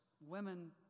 women